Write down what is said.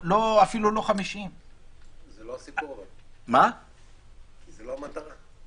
אפילו לא 50. כי זה לא המטרה.